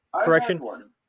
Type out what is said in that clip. correction